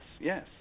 yes